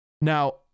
Now